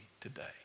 today